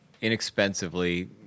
inexpensively